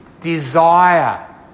Desire